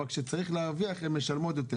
אבל כשצריך להרוויח הן משלמות יותר,